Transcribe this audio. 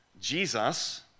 jesus